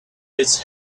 his